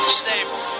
stable